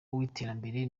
w’iterambere